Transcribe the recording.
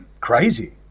crazy